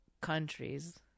countries